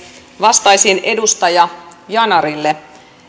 vastaisin edustaja yanarille